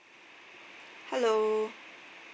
hello